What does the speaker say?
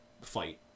fight